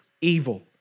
evil